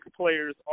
players